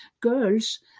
girls